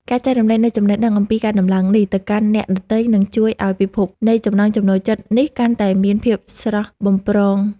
ការចែករំលែកនូវចំណេះដឹងអំពីការដំឡើងនេះទៅកាន់អ្នកដទៃនឹងជួយឱ្យពិភពនៃចំណង់ចំណូលចិត្តនេះកាន់តែមានភាពស្រស់បំព្រង។